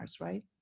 right